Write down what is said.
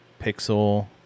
Pixel